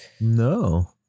no